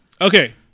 Okay